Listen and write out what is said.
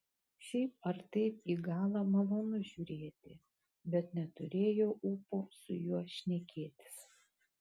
šiaip ar taip į galą malonu žiūrėti bet neturėjau ūpo su juo šnekėtis